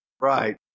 Right